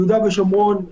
יהודה ושומרון,